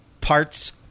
parts